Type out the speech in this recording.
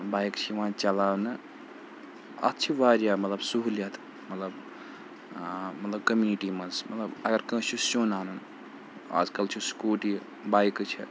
bike چھِ یِوان چَلاونہٕ اَتھ چھِ واریاہ مطلب سہوٗلیت مطلب مطلب کٔمنِٹی منٛز مطلب اگر کٲنٛسہِ چھُ سیُن اَنُن آز کَل چھُ سکوٗٹی بایکہٕ چھےٚ